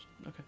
Okay